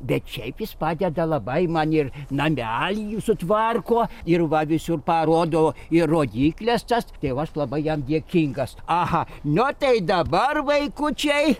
bet šiaip jis padeda labai man ir namelį sutvarko ir va visur parodo ir rodykles tas tai aš labai jam dėkingas aha nu tai dabar vaikučiai